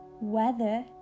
weather